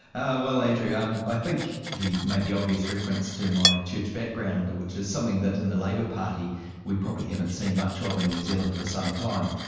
oh well andrew um i think he made the obvious reference to my church background which is something that in the labour party we probably haven't seen much of in new zealand for some time.